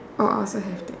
oh I also have that